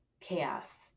chaos